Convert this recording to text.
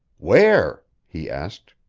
where? he asked.